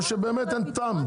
או באמת אין טעם.